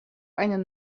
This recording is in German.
einen